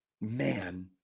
man